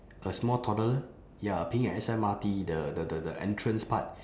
a small toddler ya peeing at S_M_R_T the the the the entrance part